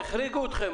החריגו אתכם.